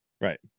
Right